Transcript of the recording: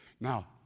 Now